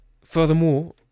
Furthermore